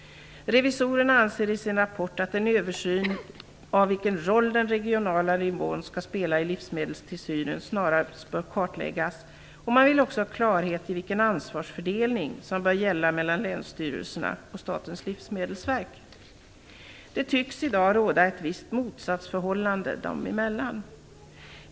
Revisorerna anser i sin rapport att en översyn av vilken roll den regionala nivån skall spela i livsmedelstillsynen snarast bör kartläggas. Man vill också ha klarhet i vilken ansvarsfördelning som bör gälla mellan länsstyrelserna och Statens livsmedelsverk. Det tycks i dag råda ett visst motsatsförhållande dem emellan.